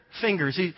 fingers